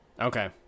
okay